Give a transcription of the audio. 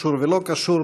קשור ולא קשור,